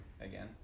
again